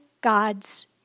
God's